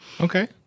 Okay